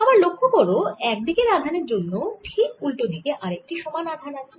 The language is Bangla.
আবার লক্ষ্য করো একদিকের আধানের জন্য ঠিক উল্টো দিকে আরেকটি সমান আধান আছে